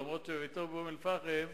אף-על-פי שביתו באום אל-פחם,